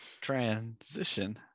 Transition